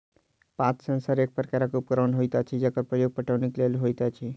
पात सेंसर एक प्रकारक उपकरण होइत अछि जकर प्रयोग पटौनीक लेल होइत अछि